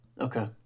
Okay